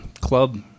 club